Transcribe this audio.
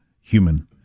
human